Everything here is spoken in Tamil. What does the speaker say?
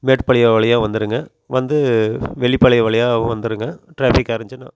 மேட்டுப்பாளையம் வழியாக வந்துடுங்க வந்து வெளிப்பாளையம் வழியாக வந்துடுங்க டிராஃபிக்காக இருந்துச்சுனால்